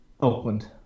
Oakland